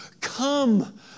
come